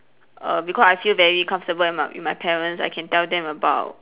err because I feel very comfortable with my with my parents I can tell them about